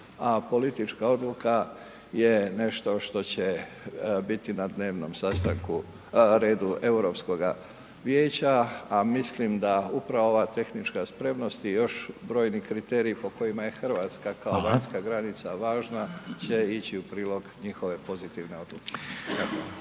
a politička odluka je nešto što će biti na dnevnom redu Europskoga vijeća a mislim da upravo ova tehnička spremnost i još brojni kriteriji po kojima je je Hrvatska kao vanjska granica važna će ići u prilog njihove pozitivne odluke.